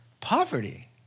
poverty